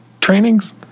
trainings